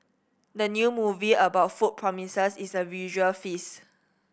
the new movie about food promises is a visual feast